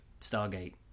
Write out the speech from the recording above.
stargate